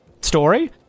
story